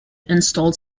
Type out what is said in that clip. installed